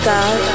God